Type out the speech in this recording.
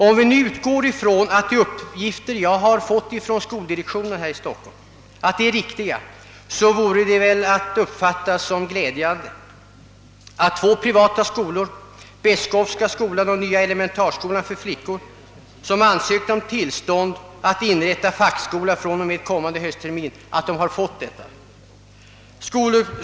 Om vi alltså utgår från att de uppgifter jag fått från skoldirektionen i Stockholm är riktiga, så vore det väl att uppfatta som glädjande om de privata skolor — Beskowska skolan och Nya elementarskolan för flickor — som ansökt om tillstånd att inrätta fackskola fr.o.m. kommande hösttermin hade fått sådant tillstånd.